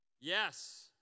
Yes